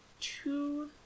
two